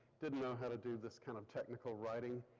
didnt know how to do this kind of technical writing,